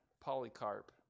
Polycarp